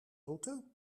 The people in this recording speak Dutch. route